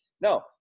No